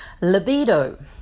Libido